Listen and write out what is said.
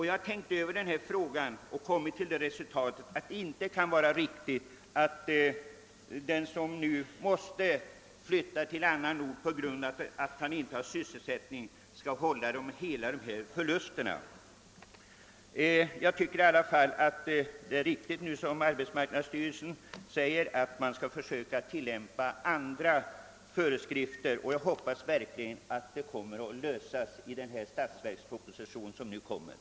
Jag har tänkt över denna fråga och kommit till resultatet, att det inte kan vara riktigt att den som måste flytta till annan ort på grund av att han inte har sysselsättning på hemorten helt skall stå för dessa förluster. Jag instämmer i alla fall i arbetsmarknadsstyrelsens uttalande att man skall försöka tillämpa andra föreskrifter, och jag hoppas verkligen att problemet kommer att lösas i den statsverksproposition som snart läggs fram.